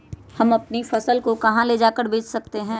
हम अपनी फसल को कहां ले जाकर बेच सकते हैं?